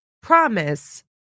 promise